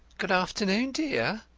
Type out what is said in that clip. good afternoon, dear,